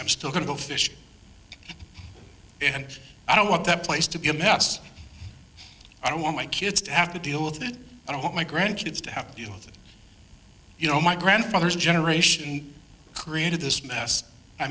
i'm still going to go fishing and i don't want that place to be a mess i don't want my kids to have to deal with it i don't want my grandkids to have you know you know my grandfather's generation created this mess i